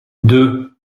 deux